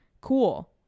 Cool